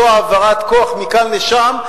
ולא העברת כוח מכאן לשם,